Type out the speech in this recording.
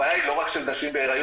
הבעיה היא לא רק של נשים בהיריון,